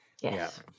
yes